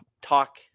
talk